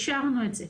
ואישרנו את זה.